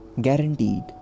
guaranteed